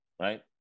right